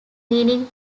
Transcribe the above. meaning